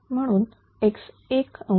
म्हणून x1